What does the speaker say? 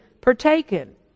partaken